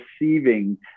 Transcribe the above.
receiving